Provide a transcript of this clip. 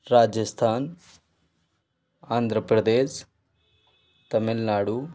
Rajasthan Andhra Pradesh Tamil Nadu